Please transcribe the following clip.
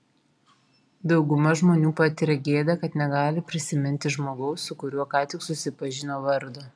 dauguma žmonių patiria gėdą kad negali prisiminti žmogaus su kuriuo ką tik susipažino vardo